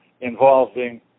involving